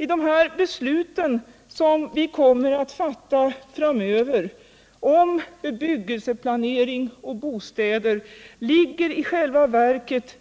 I besluten som vi kommer alt fatta framöver om bebyggelseplanering och bostäder ligger i själva verket